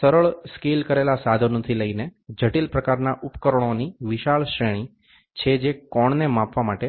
સરળ સ્કેલ કરેલા સાધનો થી લઈને જટિલ પ્રકારનાં ઉપકરણોની વિશાળ શ્રેણી છે જે કોણને માપવા માટે